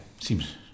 seems